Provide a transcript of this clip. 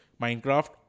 Minecraft